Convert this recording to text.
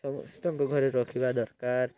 ସମସ୍ତଙ୍କ ଘରେ ରଖିବା ଦରକାର